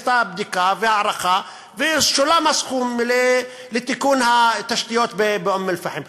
ונעשו בדיקה והערכה ושולם הסכום לתיקון התשתיות באום-אלפחם.